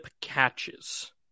catches